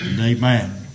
Amen